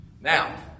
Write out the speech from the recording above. now